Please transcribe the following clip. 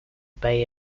bay